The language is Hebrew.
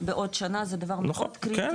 זה נכון ומאחר ששנה זה דבר מאוד קריטי,